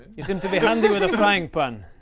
you seem to be handy with a frying pan